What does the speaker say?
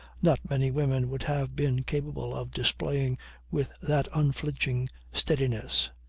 not many women would have been capable of displaying with that unflinching steadiness.